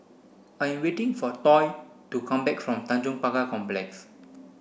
I am waiting for Toy to come back from Tanjong Pagar Complex